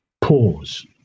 pause